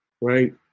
right